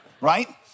right